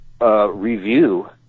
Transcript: review